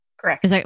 Correct